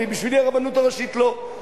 כי בשבילי הרבנות הראשית לא,